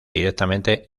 directamente